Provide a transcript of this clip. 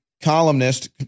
columnist